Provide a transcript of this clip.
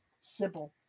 Sybil